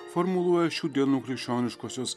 formuluoja šių dienų krikščioniškosios